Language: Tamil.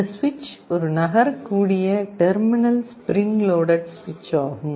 இந்த சுவிட்ச் ஒரு நகரக்கூடிய டெர்மினல் ஸ்பிரிங் லோடெட் சுவிட்சு ஆகும்